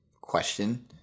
question